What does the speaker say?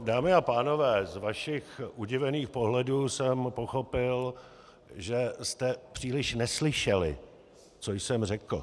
Dámy a pánové, z vašich udivených pohledů jsem pochopil, že jste příliš neslyšeli, co jsem řekl.